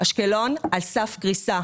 אשקלון על סף קריסה.